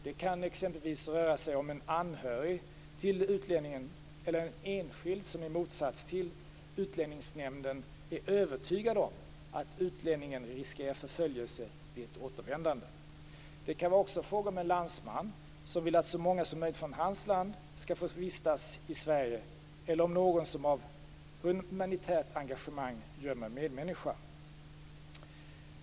Det kan exempelvis röra sig om en anhörig till utlänningen eller en enskild, som i motsats till Utlänningsnämnden är övertygad om att utlänningen riskerar förföljelse vid ett återvändande. Det kan också vara fråga om en landsman som vill att så många som möjligt från hans land skall få vistas i Sverige eller någon som av humanitärt engagemang gömmer en medmänniska.